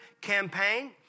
campaign